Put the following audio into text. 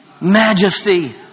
Majesty